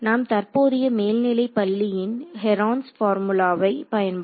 நாம் தற்போதைய மேல்நிலைப் பள்ளியின் ஹெரோன்ஸ் பார்முலாவை Heron's Formula பயன்படுத்தலாம்